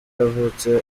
yavutse